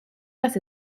las